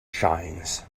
shines